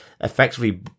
effectively